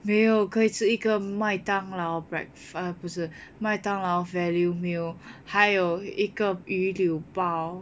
没有可以吃一个麦当劳 breakfast 不是麦当劳 value meal 还有一个鱼柳包